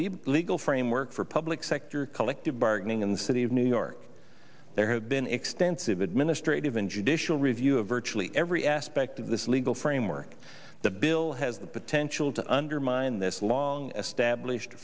lead legal framework for public sector collective bargaining in the city of new york there have been extensive administrative and judicial review of virtually every aspect of this legal framework the bill has the potential to undermine this long established